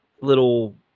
little